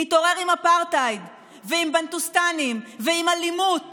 נתעורר עם אפרטהייד ועם בנטוסטנים ועם אלימות